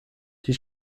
die